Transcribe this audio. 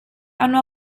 hanno